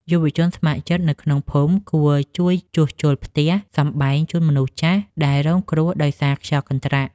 យុវជនស្ម័គ្រចិត្តនៅក្នុងភូមិគួរជួយជួសជុលផ្ទះសម្បែងជូនមនុស្សចាស់ដែលរងគ្រោះដោយសារខ្យល់កន្ត្រាក់។